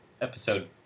episode